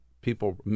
people